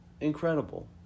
incredible